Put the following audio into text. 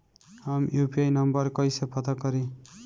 हम UPI number कइसे पता करी?